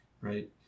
right